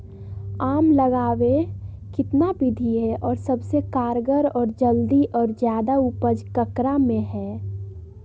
आम लगावे कितना विधि है, और सबसे कारगर और जल्दी और ज्यादा उपज ककरा में है?